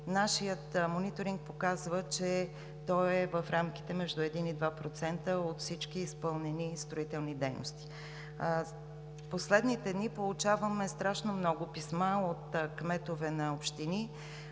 нашият мониторинг показва, че той е в рамките между 1 и 2% от всички изпълнени строителни дейности. В последните дни получаваме много писма от кметове на общини,